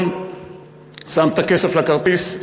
שם את הכסף לכרטיס,